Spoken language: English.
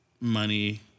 money